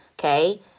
okay